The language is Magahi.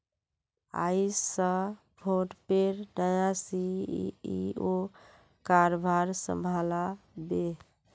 आइज स फोनपेर नया सी.ई.ओ कारभार संभला बे